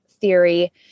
theory